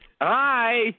Hi